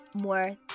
more